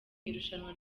irushanwa